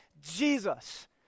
Jesus